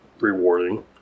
rewarding